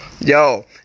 Yo